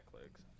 legs